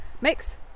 mix